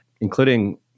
including